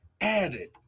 Added